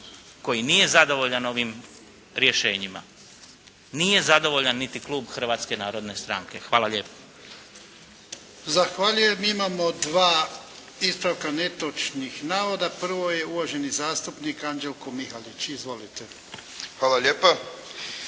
koji nije zadovoljan ovim rješenjima, nije zadovoljan niti klub Hrvatske narodne stranke. Hvala lijepo. **Jarnjak, Ivan (HDZ)** Zahvaljujem. Imamo 2 ispravka netočnih navoda. Prvo je uvaženi zastupnik Anđelko Mihalić. Izvolite. **Mihalić,